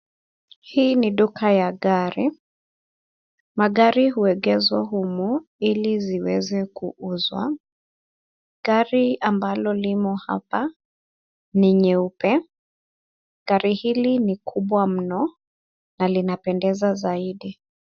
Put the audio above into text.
Hii ni duka ya gari. Magari huegeshwa humu ili ziweze kuuzwa. Gari ambalo limo hapa ni nyeupe. Gari hili ni kubwa mno na linapendeza zaidi.